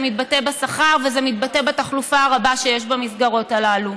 זה מתבטא בשכר וזה מתבטא בתחלופה הרבה שיש במסגרות הללו.